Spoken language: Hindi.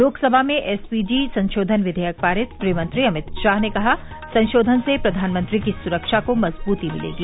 लोकसभा में एसपीजी संशोधन विवेयक पारित गृह मंत्री अमित शाह ने कहा संशोधन से प्रधानमंत्री की सुरक्षा को मजबूती मिलेगी